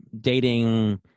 dating